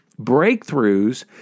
breakthroughs